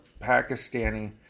pakistani